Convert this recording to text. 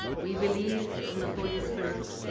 we believe in the holy spirit,